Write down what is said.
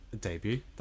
debut